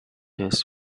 test